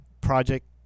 Project